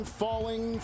falling